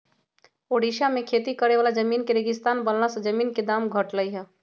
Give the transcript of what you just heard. ओड़िशा में खेती करे वाला जमीन के रेगिस्तान बनला से जमीन के दाम घटलई ह